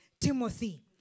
Timothy